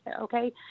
okay